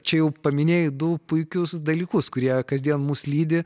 čia jau paminėjai du puikius dalykus kurie kasdien mus lydi